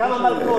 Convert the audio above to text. כמה מלקות?